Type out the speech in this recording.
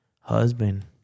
husband